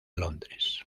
londres